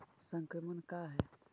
संक्रमण का है?